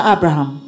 Abraham